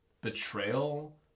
betrayal